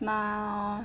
smile